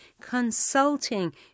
consulting